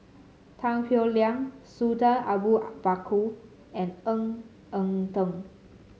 Tan Howe Liang Sultan Abu Bakar and Ng Eng Teng